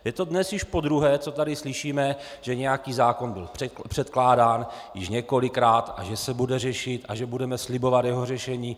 Je to dnes již podruhé, co tady slyšíme, že nějaký zákon byl předkládán již několikrát a že se bude řešit, že budeme slibovat jeho řešení.